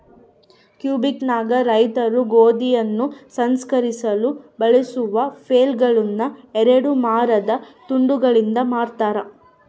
ಕ್ವಿಬೆಕ್ನಾಗ ರೈತರು ಗೋಧಿಯನ್ನು ಸಂಸ್ಕರಿಸಲು ಬಳಸುವ ಫ್ಲೇಲ್ಗಳುನ್ನ ಎರಡು ಮರದ ತುಂಡುಗಳಿಂದ ಮಾಡತಾರ